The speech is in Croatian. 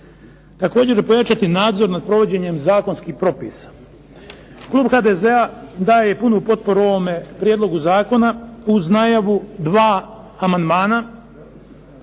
Također i pojačati nadzor nad provođenjem zakonskih propisa. Klub HDZ-a daje punu potporu ovome prijedlogu zakona uz najavu dva amandmana.